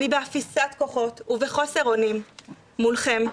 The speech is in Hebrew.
אני באפיסת כוחות ובחוסר אונים מולכם,